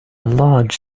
large